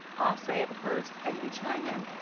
ah say it first and you chime in.